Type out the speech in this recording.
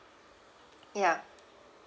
ya